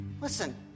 Listen